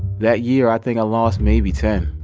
that year, i think i lost maybe ten.